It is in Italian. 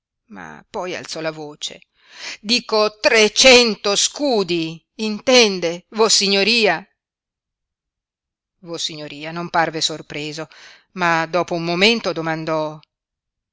ma poi alzò la voce dico trecento scudi intende vossignoria vossignoria non parve sorpreso ma dopo un momento domandò